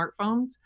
smartphones